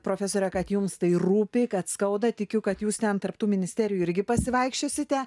profesoriau kad jums tai rūpi kad skauda tikiu kad jūs net tarp tų ministerijų irgi pasivaikščiosite